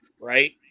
Right